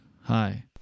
Hi